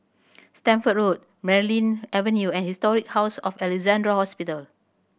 Stamford Road Merryn Avenue and Historic House of Alexandra Hospital